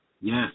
yes